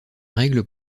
règle